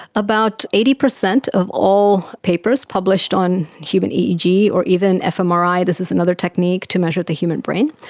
about eighty percent of all papers published on human eeg or even fmri, this is another technique to measure the human brain,